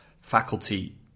faculty